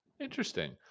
Interesting